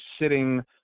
sitting